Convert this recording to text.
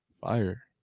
Fire